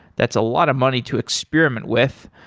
that's a lot of money to experiment with.